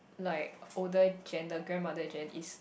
like older gen the grandmother gen is